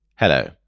Hello